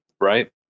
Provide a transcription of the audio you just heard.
right